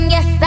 Yes